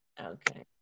okay